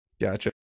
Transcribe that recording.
Gotcha